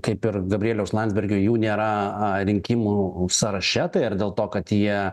kaip ir gabrieliaus landsbergio jų nėra rinkimų sąraše tai ar dėl to kad jie